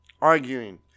arguing